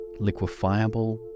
liquefiable